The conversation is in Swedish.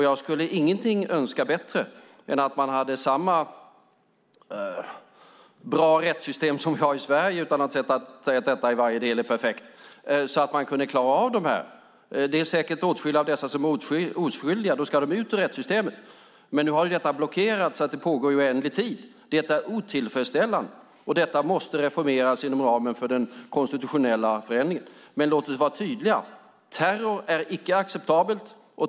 Jag skulle ingenting hellre önska än att de hade samma bra rättssystem som vi har i Sverige, utan att säga att detta i varje del är perfekt, så att de kunde klara av detta. Det är säkert åtskilliga av dessa människor som är oskyldiga. Då ska de ut ur rättssystemet. Men nu har ju detta blockerats så att hanteringen pågår i oändlig tid. Det är otillfredsställande. Systemet måste reformeras inom ramen för den konstitutionella förändringen. Men låt oss vara tydliga: Terror är icke acceptabelt.